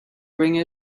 bring